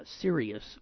serious